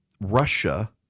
Russia